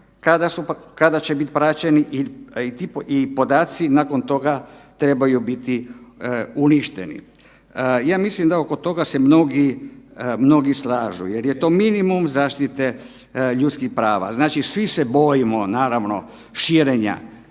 kada će biti praćeni i podaci nakon toga trebaju biti uništeni. Ja mislim da da oko toga se mnogi, mnogi slažu jer je to minimum zaštite ljudskih prava. Znači svi se bojimo naravno širenja,